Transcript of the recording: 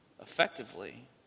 effectively